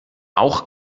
auch